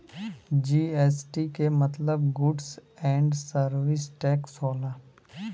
GST के मतलब goods and service tax होला